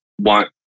want